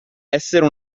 essere